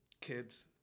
kids